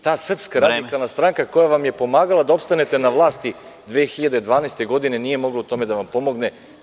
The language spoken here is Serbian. Ta SRS koja vam je pomagala da opstanete na vlasti, 2012. godine nije mogla u tome da vam pomogne.